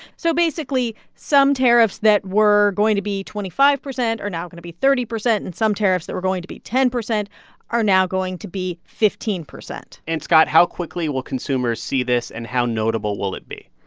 so basically, some tariffs that were going to be twenty five percent are now going to be thirty percent, and some tariffs that were going to be ten percent are now going to be fifteen point and scott, how quickly will consumers see this, and how notable will it be?